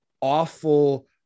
awful